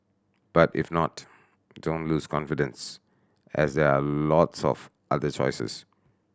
but if not don't lose confidence as there are lots of other choices